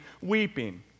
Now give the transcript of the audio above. weeping